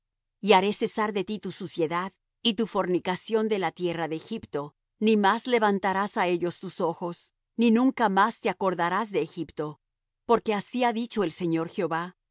y haré cesar de ti tu suciedad y tu fornicación de la tierra de egipto ni más levantarás á ellos tus ojos ni nunca más te acordarás de egipto porque así ha dicho el señor jehová he